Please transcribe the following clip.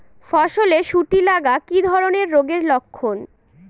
ফসলে শুটি লাগা কি ধরনের রোগের লক্ষণ?